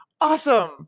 awesome